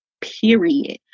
period